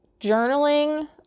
journaling